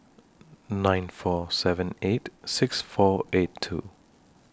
nine four seven eight six four eight two